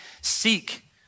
seek